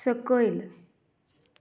सकयल